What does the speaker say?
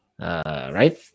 Right